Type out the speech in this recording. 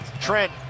Trent